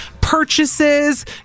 purchases